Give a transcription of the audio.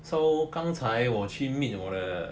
so 刚才我去 meet 我的